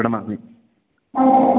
प्रणमामि